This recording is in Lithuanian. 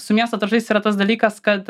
su miesto dažais yra tas dalykas kad